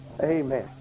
Amen